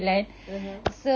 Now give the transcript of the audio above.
(uh huh)